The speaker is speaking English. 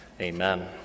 Amen